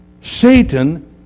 Satan